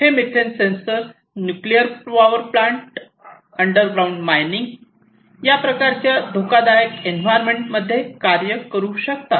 हे methane sensor nuclear power plant underground mining या प्रकारच्या धोकादायक एन्व्हायरमेंट कार्य करू शकतात